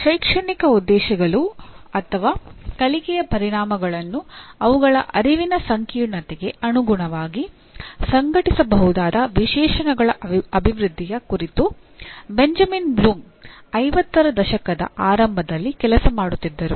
ಶೈಕ್ಷಣಿಕ ಉದ್ದೇಶಗಳು ಅಥವಾ ಕಲಿಕೆಯ ಪರಿಣಾಮಗಳನ್ನು ಅವುಗಳ ಅರಿವಿನ ಸಂಕೀರ್ಣತೆಗೆ ಅನುಗುಣವಾಗಿ ಸಂಘಟಿಸಬಹುದಾದ ವಿಶೇಷಣಗಳ ಅಭಿವೃದ್ಧಿಯ ಕುರಿತು ಬೆಂಜಮಿನ್ ಬ್ಲೂಮ್ '50 ರ ದಶಕದ ಆರಂಭದಲ್ಲಿ ಕೆಲಸ ಮಾಡುತ್ತಿದ್ದರು